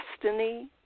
destiny